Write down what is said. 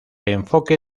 enfoque